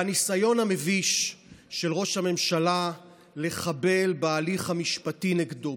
והניסיון המביש של ראש הממשלה לחבל בהליך המשפטי נגדו,